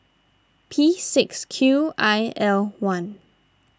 P six Q I L one